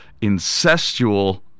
incestual